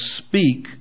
speak